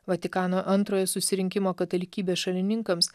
vatikano antrojo susirinkimo katalikybės šalininkams